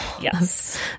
Yes